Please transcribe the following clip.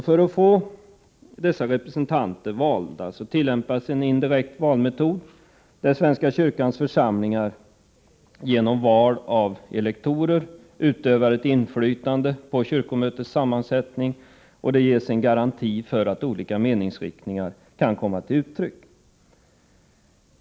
För att få dessa representanter valda tillämpas en indirekt valmetod där svenska kyrkans församlingar genom val av elektorer utövar inflytande på kyrkomötets sammansättning. Det ges garanti för att olika meningsriktningar kan komma till uttryck.